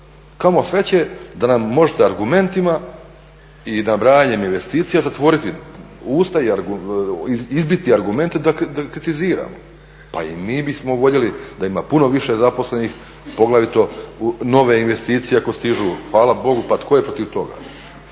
kamo sreće da nam možete argumentima i nabrajanjem investicija zatvoriti usta i izbiti argumente da kritiziramo. Pa i mi bi smo voljeli da ima puno više zaposlenih poglavito u nove investicije ako stižu, fala Bogu pa tko je protiv toga.